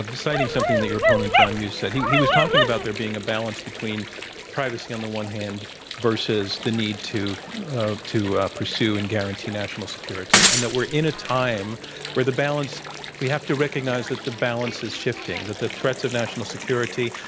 citing something that your opponent john yoo said. he he was talking about there being a balance between privacy on the one hand versus the need to ah to pursue and guarantee national security, and that we're in a time where the balance we have to recognize the balance is shifting that the threats of national security,